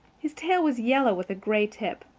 his tail was yellow with a gray tip.